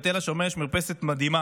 בתל השומר יש מרפסת מדהימה,